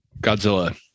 Godzilla